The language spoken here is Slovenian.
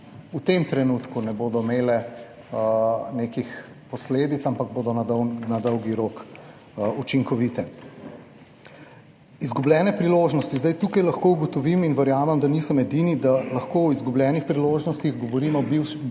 v tem trenutku ne bodo imele nekih posledic, ampak bodo na dolgi rok učinkovite. Izgubljene priložnosti. Zdaj tukaj lahko ugotovim in verjamem, da nisem edini, da lahko o izgubljenih priložnostih govorimo bistveno